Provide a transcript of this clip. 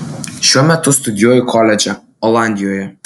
šiuo metu studijuoju koledže olandijoje